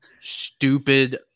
stupid